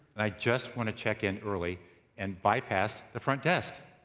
and i just wanna check in early and bypass the front desk.